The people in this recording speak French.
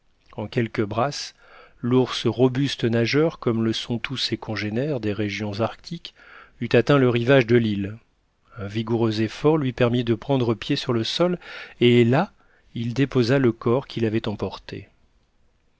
en quelques brasses l'ours robuste nageur comme le sont tous ses congénères des régions arctiques eut atteint le rivage de l'île un vigoureux effort lui permit de prendre pied sur le sol et là il déposa le corps qu'il avait emporté